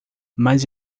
mas